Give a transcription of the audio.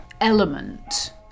element